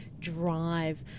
drive